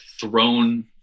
thrown